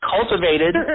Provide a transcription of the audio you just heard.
cultivated